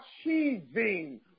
achieving